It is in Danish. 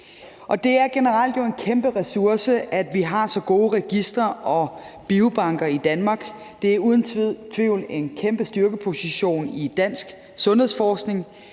det er jo generelt en kæmpe ressource, at vi har så gode registre og biobanker i Danmark. Det er uden tvivl en kæmpe styrkeposition i dansk sundhedsforskning.